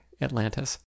Atlantis